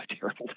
terrible